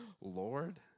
Lord